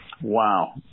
Wow